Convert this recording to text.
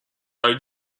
are